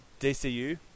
DCU